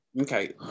okay